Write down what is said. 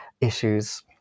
issues